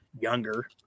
younger